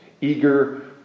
eager